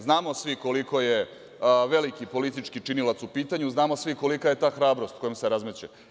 Znamo svi koliko je veliki politički činilac u pitanju, znamo svi kolika je ta hrabrost kojom se razmeće.